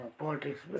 politics